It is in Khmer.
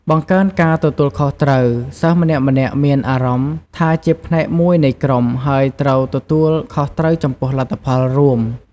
បង្កើនការទទួលខុសត្រូវ សិស្សម្នាក់ៗមានអារម្មណ៍ថាជាផ្នែកមួយនៃក្រុម ហើយត្រូវទទួលខុសត្រូវចំពោះលទ្ធផលរួម។